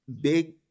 Big